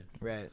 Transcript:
Right